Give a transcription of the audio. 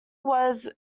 was